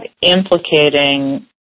implicating